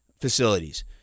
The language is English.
facilities